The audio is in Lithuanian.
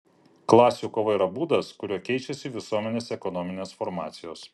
klasių kova yra būdas kuriuo keičiasi visuomenės ekonominės formacijos